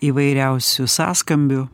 įvairiausių sąskambių